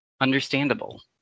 understandable